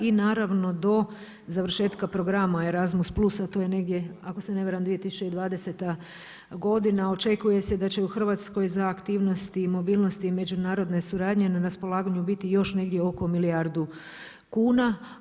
I naravno do završetka programa Erasmus+ a to je negdje ako se ne varam 2020. godine očekuje se da će u Hrvatskoj za aktivnosti i mobilnosti međunarodne suradnje na raspolaganju biti još negdje oko milijardu kuna.